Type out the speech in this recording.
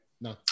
No